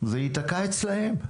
זה ייתקע אצלם.